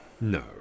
No